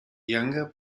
younger